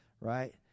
right